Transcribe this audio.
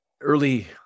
early